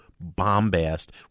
bombast